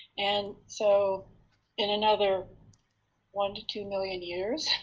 and so in another one to two million years,